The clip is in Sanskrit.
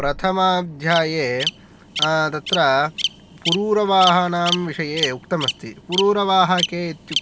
प्रथमाध्याये तत्र पुरुरवाहानां विषये उक्तमस्ति पुरुरवाहा के इत्युक्ते